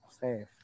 safe